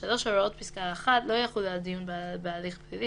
(3)הוראות פסקה (1) לא יחולו על דיון בהליך פלילי